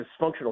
dysfunctional